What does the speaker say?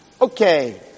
okay